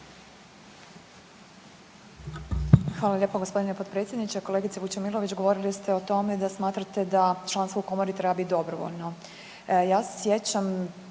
Hvala lijepa gospodine potpredsjedniče. Kolegice Vučemilović, govorili ste o tome da smatrate da članstvo u Komori treba biti dobrovoljno. Ja se sjećam